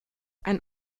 ein